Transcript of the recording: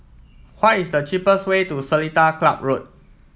what is the cheapest way to Seletar Club Road